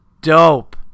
dope